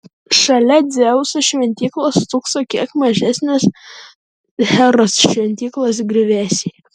šalia dzeuso šventyklos stūkso kiek mažesnės heros šventyklos griuvėsiai